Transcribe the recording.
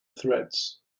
threads